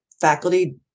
faculty